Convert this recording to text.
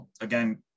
Again